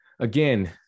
again